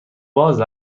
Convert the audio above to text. باز